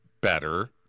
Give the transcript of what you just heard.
better